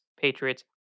Patriots